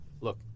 look